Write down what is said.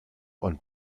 und